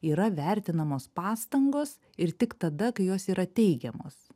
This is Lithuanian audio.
yra vertinamos pastangos ir tik tada kai jos yra teigiamos